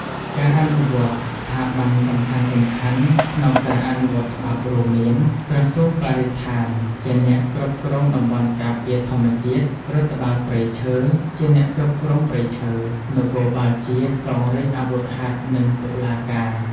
ការអនុវត្ត ស្ថាប័នសំខាន់ៗក្នុងការអនុវត្តច្បាប់រួមមាន ក្រសួងបរិស្ថាន ជាអ្នកគ្រប់គ្រងតំបន់ការពារធម្មជាតិ រដ្ឋបាលព្រៃឈើ ជាអ្នកគ្រប់គ្រងព្រៃឈើ នគរបាលជាតិ កងរាជអាវុធហត្ថ និងតុលាការ។